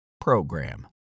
PROGRAM